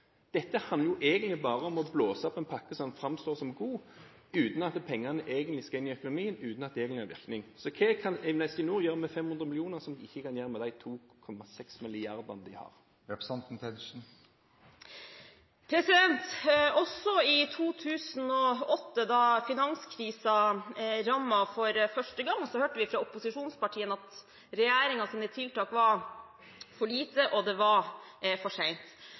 Dette handler egentlig bare om å blåse opp en pakke som framstår som god, uten at pengene egentlig skal inn i økonomien, og uten at det gir noen virkning. Hva kan Investinor gjøre med 500 mill. kr, som de ikke kan gjøre med de 2,6 mrd. kr de har? Også i 2008, da finanskrisen rammet for første gang, hørte vi fra opposisjonspartiene at regjeringens tiltak var for lite og for sent. Det har i etterkant vist seg at det var